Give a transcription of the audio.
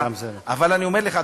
אבל אני אומר לך,